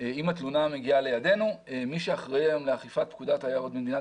- מי שאחראי היום לאכיפת פקודת היערות במדינת